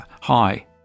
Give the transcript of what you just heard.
hi